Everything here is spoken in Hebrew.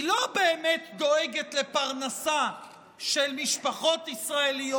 היא לא באמת דואגת לפרנסה של משפחות ישראליות,